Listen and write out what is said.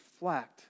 reflect